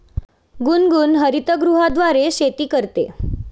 गुनगुन हरितगृहाद्वारे शेती करते